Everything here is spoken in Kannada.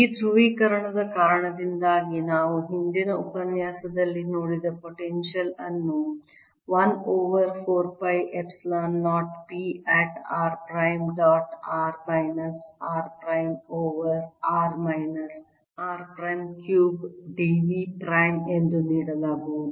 ಈ ಧ್ರುವೀಕರಣದ ಕಾರಣದಿಂದಾಗಿ ನಾವು ಹಿಂದಿನ ಉಪನ್ಯಾಸದಲ್ಲಿ ನೋಡಿದ ಪೊಟೆನ್ಶಿಯಲ್ ಅನ್ನು 1 over 4 pi epsilon 0 p at r prime dot r minus r prime over r minus r prime cube d v prime ಎಂದು ನೀಡಲಾಗುವುದು